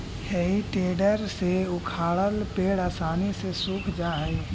हेइ tedder से उखाड़ल पेड़ आसानी से सूख जा हई